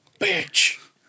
Bitch